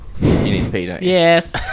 Yes